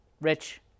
rich